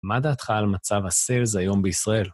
מה דעתך על מצב הסלז היום בישראל?